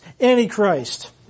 antichrist